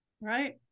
Right